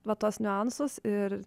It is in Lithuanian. va tuos niuansus ir